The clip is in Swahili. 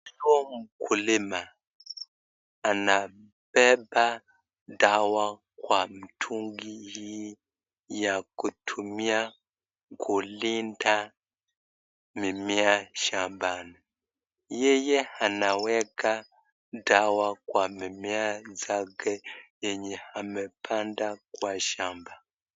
Huyu ni mkulima anabeba dawa kwa mtungi hii ya kutumia kulinda mimea shambani. Yeye anaweka dawa kwa mimmea zake yenye amepanda kwa shamba.